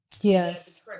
Yes